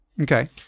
Okay